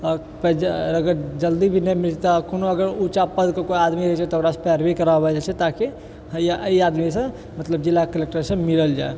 आ जे अगर जल्दी भी नहि मिलतै आओर कोनो अगर ऊँचा पदके कोइ आदमी रहै छै तऽ ओकरा से पैरवी कराओल जाइ छै ताकि एहि आदमी से मतलब जिला कलेक्टर से मिलल जाइ